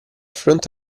fronte